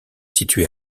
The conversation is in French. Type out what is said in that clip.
située